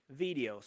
videos